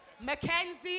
Mackenzie